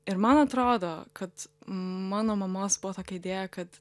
ir man atrodo kad mano mamos buvo tokia idėja kad